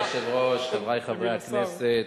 אדוני היושב-ראש, חברי חברי הכנסת,